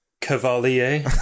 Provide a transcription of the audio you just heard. Cavalier